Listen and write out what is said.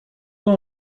pas